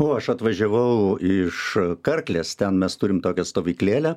o aš atvažiavau iš karklės ten mes turime tokią stovyklėlę